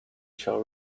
shall